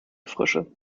frösche